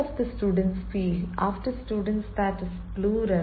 most of the students feel nervous the night before their examination